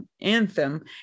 anthem